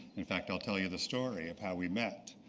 in fact, i'll tell you the story of how we met.